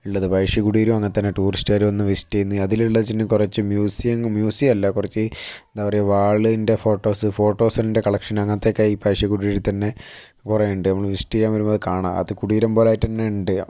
ഉള്ളത് പഴശ്ശി കുടീരവും അങ്ങനെ തന്നെ ടൂറിസ്റ്റുകാർ വന്നു വിസിറ്റ് ചെയ്യുന്നത് അതിലുള്ള കുറച്ചു മ്യൂസിയം മ്യൂസിയം അല്ല കുറച്ച് എന്താ പറയുക വാളിന്റെ ഫോട്ടോസ് ഫോട്ടോസിന്റെ കളക്ഷന് അങ്ങനത്തെയൊക്കെയാണ് ഈ പഴശ്ശി കുടീരത്തിന്റെ കുറേ ഉണ്ട് നമ്മൾ വിസിറ്റ് ചെയ്യാന് വരുമ്പോൾ കാണാം അത് കുടീരം പോലെയായിട്ട് തന്നെ ഉണ്ട്